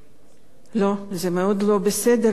לא, זה מאוד לא בסדר להגדיל את הגירעון.